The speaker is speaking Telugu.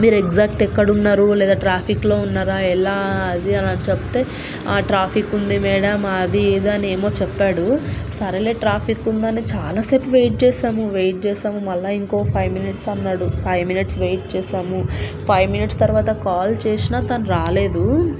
మీరు ఎగ్జాక్ట్ ఎక్కడ ఉన్నారు లేదా ట్రాఫిక్లో ఉన్నారా ఎలా అది అని చెప్తే ఆ ట్రాఫిక్ ఉంది మేడమ్ అది దాన్ని ఏమో చెప్పాడు సరేలే ట్రాఫిక్ ఉందని చాలాసేపు వెయిట్ చేసాము వెయిట్ చేసాము మళ్ళీ ఇంకో ఫైవ్ మినిట్స్ అన్నాడు ఫైవ్ మినిట్స్ వెయిట్ చేసాము ఫైవ్ మినిట్స్ తరువాత కాల్ చేసినా తను రాలేదు